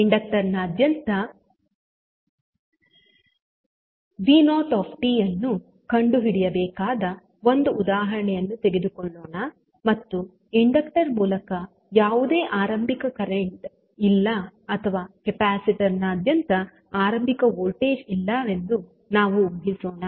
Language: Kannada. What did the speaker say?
ಇಂಡಕ್ಟರ್ ನಾದ್ಯಂತ ವಿಂಟಿ v0 ಅನ್ನು ಕಂಡುಹಿಡಿಯಬೇಕಾದ ಒಂದು ಉದಾಹರಣೆಯನ್ನು ತೆಗೆದುಕೊಳ್ಳೋಣ ಮತ್ತು ಇಂಡಕ್ಟರ್ ಮೂಲಕ ಯಾವುದೇ ಆರಂಭಿಕ ಕರೆಂಟ್ ಇಲ್ಲ ಅಥವಾ ಕೆಪಾಸಿಟರ್ನಾ ದ್ಯಂತ ಆರಂಭಿಕ ವೋಲ್ಟೇಜ್ ಇಲ್ಲವೆಂದು ನಾವು ಊಹಿಸೋಣ